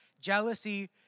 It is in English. Jealousy